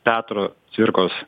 petro cvirkos